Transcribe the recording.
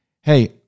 Hey